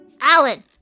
Alan